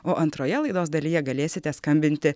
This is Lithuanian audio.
o antroje laidos dalyje galėsite skambinti